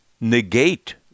negate